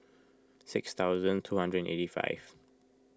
six thousand two hundred and eighty five